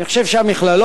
אני חושב שהמכללות,